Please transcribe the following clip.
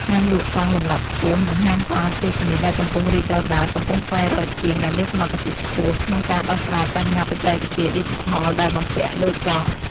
ហាងលក់កង់លំដាប់ខ្ពស់ និងហាងកង់អគ្គិសនីដែលកំពុងរីកដុះដាល កំពុងស្វែងរកជាងដែលមានសមត្ថភាពខ្ពស់ក្នុងការដោះស្រាយបញ្ហាបច្ចេកវិទ្យាឌីជីថលដែលបំពាក់លើកង់។